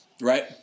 Right